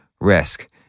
risk